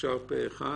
אושר פה אחד.